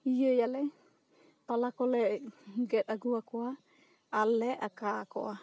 ᱤᱭᱟᱹ ᱟᱞᱮ ᱯᱟᱞᱟ ᱠᱚᱞᱮ ᱜᱮᱫ ᱟ ᱜᱩ ᱟᱠᱳᱭᱟ ᱟᱨ ᱞᱮ ᱟᱠᱟ ᱠᱚᱣᱟ